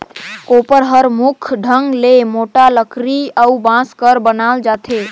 कोपर हर मुख ढंग ले मोट लकरी अउ बांस कर बनाल जाथे